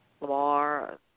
Lamar